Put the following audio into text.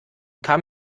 kam